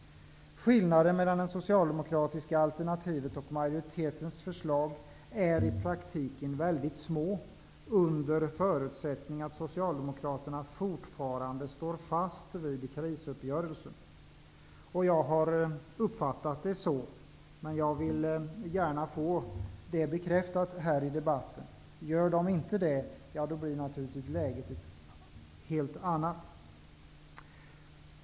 Skillnaden mellan det socialdemokratiska alternativet och majoritetens förslag är i praktiken väldigt liten, under förutsättning att Socialdemokraterna fortfarande står fast vid krisuppgörelsen. Jag har uppfattat det så, men jag vill gärna få det bekräftat här i debatten. Om Socialdemokraterna inte gör det blir läget naturligtvis ett helt annat.